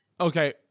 Okay